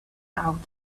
out